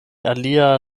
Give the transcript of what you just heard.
alia